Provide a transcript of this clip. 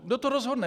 Kdo to rozhodne?